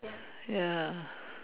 ya